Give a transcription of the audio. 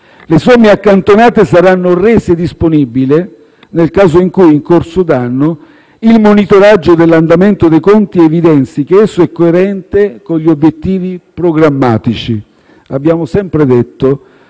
Le somme accantonate saranno rese disponibili nel caso in cui, in corso d'anno, il monitoraggio dell'andamento dei conti evidenzi che esso è coerente con gli obiettivi programmatici. Abbiamo sempre detto